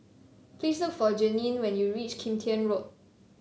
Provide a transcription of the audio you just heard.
please look for Jeanine when you reach Kim Tian Road